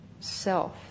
self